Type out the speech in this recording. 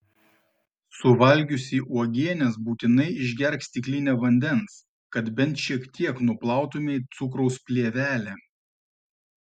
suvalgiusi uogienės būtinai išgerk stiklinę vandens kad bent šiek tiek nuplautumei cukraus plėvelę